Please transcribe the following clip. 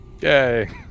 Yay